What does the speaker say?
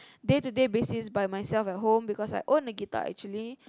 day to day basis by myself on my own cause I own a guitar actually